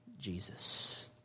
Jesus